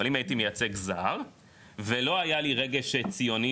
אבל אם הייתי מייצג זר ולא היה לי רגש ציוני